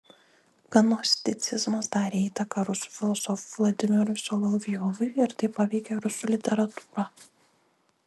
gnosticizmas darė įtaką rusų filosofui vladimirui solovjovui ir taip paveikė rusų literatūrą